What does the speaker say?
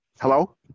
Hello